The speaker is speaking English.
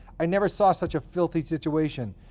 i never saw such a filthy situation.